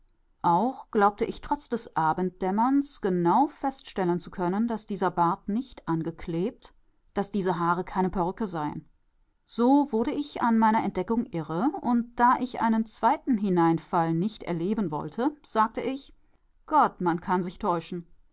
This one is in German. auch glaubte ich trotz des abenddämmerns genau feststellen zu können daß dieser bart nicht angeklebt daß diese haare keine perücke seien so wurde ich an meiner entdeckung irre und da ich einen zweiten hineinfall nicht erleben wollte sagte ich gott man kann sich täuschen